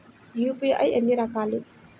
UPI ఎన్ని రకాలు?